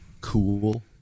cool